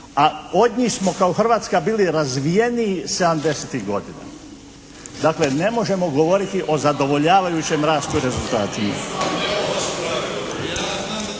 a od njih smo kao Hrvatska bili razvijeniji 70-tih godina. Dakle, ne možemo govoriti o zadovoljavajućem rastu rezultatima.